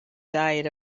diet